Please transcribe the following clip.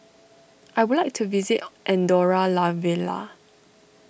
I would like to visit Andorra La Vella